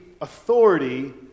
authority